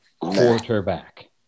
quarterback